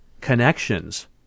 connections